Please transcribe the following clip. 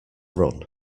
run